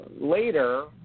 later